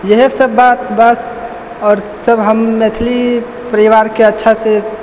इएह सभ बात बस आओर सभ हम मैथिली परिवार के अच्छा से